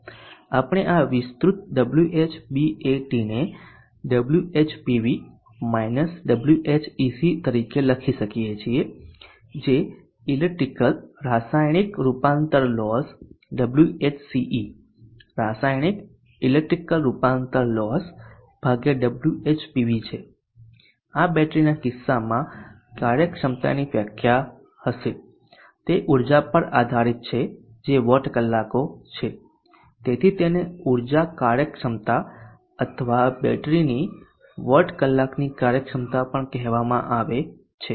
આપણે આ વિસ્તૃત Whbat ને WhPV Whec તરીકે લખી શકીએ છીએ જે ઇલેક્ટ્રિકલ રાસાયણિક રૂપાંતર લોસ - Whce રાસાયણિક ઇલેક્ટ્રિકલ રૂપાંતર લોસ ભાગ્યા WhPV છે આ બેટરીના કિસ્સામાં કાર્યક્ષમતાની વ્યાખ્યા હશે તે ઊર્જા પર આધારીત છે જે વોટ કલાકો છે તેથી તેને ઉર્જા કાર્યક્ષમતા અથવા બેટરીની વાટ કલાકની કાર્યક્ષમતા પણ કહેવામાં આવે છે